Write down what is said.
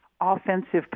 offensive